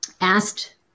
asked